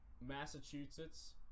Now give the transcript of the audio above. Massachusetts